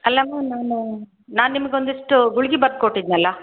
ಅಲ್ಲಮ್ಮ ನಾನು ನಾನು ನಿಮಗೊಂದಿಷ್ಟು ಗುಳ್ಗೆ ಬರ್ದು ಕೊಟ್ಟಿದ್ನಲ್ವಾ